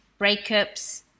breakups